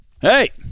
Hey